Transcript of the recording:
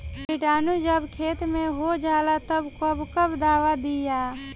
किटानु जब खेत मे होजाला तब कब कब दावा दिया?